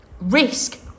risk